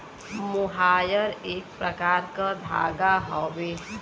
मोहायर एक प्रकार क धागा हउवे